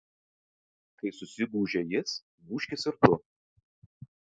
kai susigūžia jis gūžkis ir tu